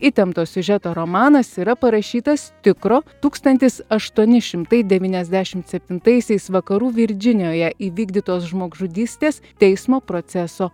įtempto siužeto romanas yra parašytas tikro tūkstantis aštuoni šimtai devyniasdešim septintaisiais vakarų virdžinijoje įvykdytos žmogžudystės teismo proceso